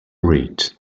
read